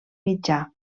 mitjà